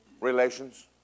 relations